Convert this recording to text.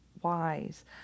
wise